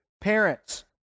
parents